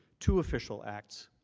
two official acts.